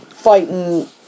fighting